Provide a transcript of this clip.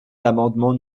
l’amendement